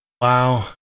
Wow